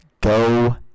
Go